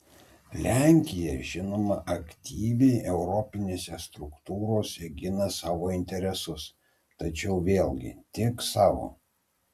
lenkija žinoma aktyviai europinėse struktūrose gina savo interesus tačiau vėlgi tik savo